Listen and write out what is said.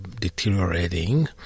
deteriorating